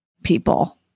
People